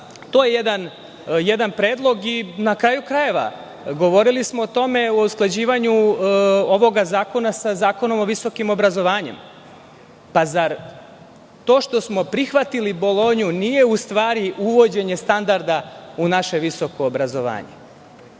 to je jedan predlog i na kraju krajeva govorili smo o tome u usklađivanju ovoga zakona sa Zakonom o visokom obrazovanju. Pa, zar to što smo prihvatili Bolonju nije ustvari uvođenje standarda u naše visoko obrazovanje?